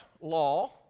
law